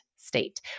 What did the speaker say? state